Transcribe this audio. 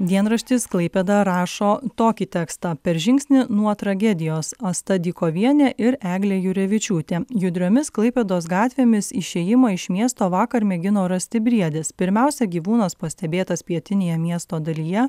dienraštis klaipėda rašo tokį tekstą per žingsnį nuo tragedijos asta dykovienė ir eglė jurevičiūtė judriomis klaipėdos gatvėmis išėjimą iš miesto vakar mėgino rasti briedis pirmiausia gyvūnas pastebėtas pietinėje miesto dalyje